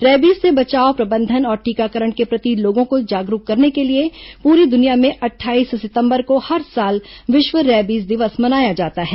rabies से बचाव प्रबंधन और टीकाकरण के प्रति लोगों को जागरूक करने के लिए पूरी दुनिया में अट्ठाईस सितंबर को हर साल विश्व रेबीज दिवस मनाया जाता है